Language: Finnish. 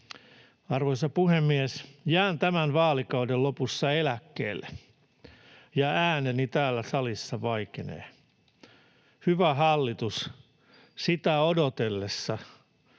Arvoisa puhemies! Jään tämän vaalikauden lopussa eläkkeelle, ja ääneni täällä salissa vaikenee. Hyvä hallitus, sitä odotellessa,